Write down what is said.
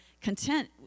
content